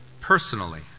personally